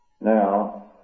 Now